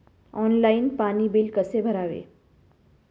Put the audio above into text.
Online पाणी bill कसे भरावे?